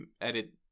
edit